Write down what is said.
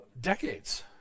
decades